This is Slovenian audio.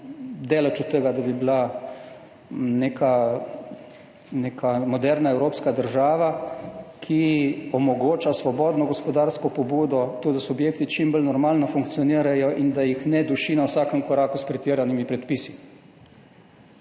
daleč od tega, da bi bila neka moderna evropska država, ki omogoča svobodno gospodarsko pobudo, to, da subjekti čim bolj normalno funkcionirajo in da jih ne duši na vsakem koraku s pretiranimi predpisi.